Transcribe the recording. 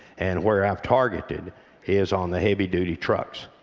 and where i've targeted is on the heavy-duty trucks.